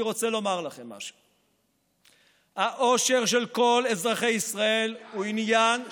אני רוצה לומר לכם משהו: העושר של כל אזרחי ישראל הוא עניין שלכם.